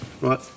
right